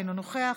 אינו נוכח,